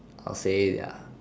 I'll say they are